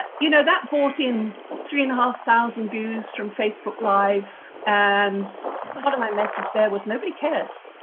ah you know that bought in three and a ah thousand views from facebook live, and got but sort of my message there was nobody cares.